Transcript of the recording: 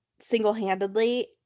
single-handedly